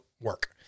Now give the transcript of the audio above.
work